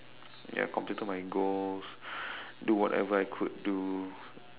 ya completed my goals do whatever I could do